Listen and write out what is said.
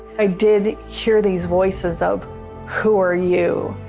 i did hear these voices of who are you.